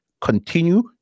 continue